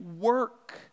work